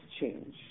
change